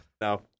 No